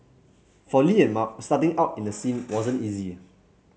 for Li and Mark starting out in the scene wasn't easy